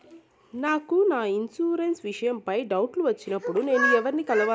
నాకు నా ఇన్సూరెన్సు విషయం పై డౌట్లు వచ్చినప్పుడు నేను ఎవర్ని కలవాలి?